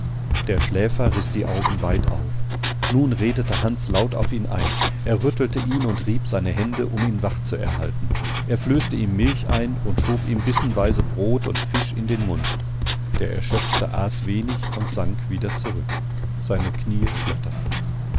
der schläfer riß die augen weit auf nun redete hans laut auf ihn ein er rüttelte ihn und rieb seine hände um ihn wach zu erhalten er flößte ihm milch ein und schob ihm bissenweise brot und fisch in den mund der erschöpfte aß wenig und sank wieder zurück seine knie schlotterten